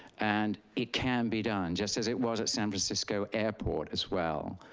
and it can be done, just as it was at san francisco airport as well.